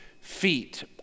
feet